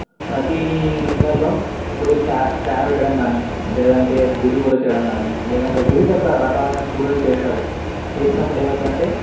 ప్రతి ఇళ్ళల్లో ఇప్పుడు చాయ్ చాయ్ పెట్టడం కాని లేదంటే ఒక గుడ్డు కూర చేయడం కాని లేదంటే వివిధ రకమైన కూరలు చేస్తారు చేసినప్పుడు ఏమవుతదంటే